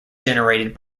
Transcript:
generated